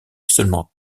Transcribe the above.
seulement